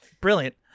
Brilliant